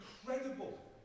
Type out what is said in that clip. incredible